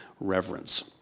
reverence